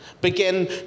begin